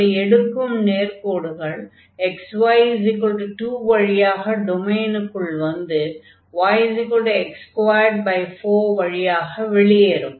அப்படி எடுக்கும் நேர்க்கோடுகள் xy2 வழியாக டொமைனுக்குள் வந்து yx24 வழியாக வெளியேறும்